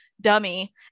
dummy